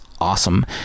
awesome